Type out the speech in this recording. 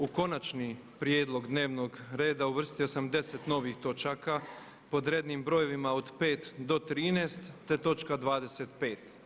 U konačni prijedlog dnevnog reda uvrstio sam 10 novih točaka pod rednim brojevima od 5. do 13. te točka 25.